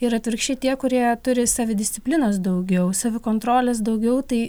ir atvirkščiai tie kurie turi savidisciplinos daugiau savikontrolės daugiau tai